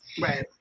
Right